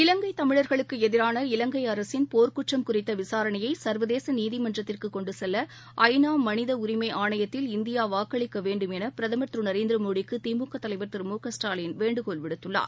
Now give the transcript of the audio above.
இலங்கைத் தமிழர்களுக்குஎதிரான இலங்கைஅரசின் போர்க்குற்றம் குறித்தவிசாரணையைசர்வதேசநீதிமன்றத்திற்குகொண்டுச் செல்லற்நாமனிதஉரிமை ஆணையத்தில் இந்தியாவாக்களிக்கவேண்டும் எனபிரதமர் திருநரேந்திரமோடிக்குதிமுகதலைவர் திரு மு க ஸ்டாலின் வேண்டுகோள் விடுத்துள்ளார்